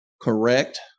correct